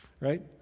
right